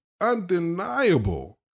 undeniable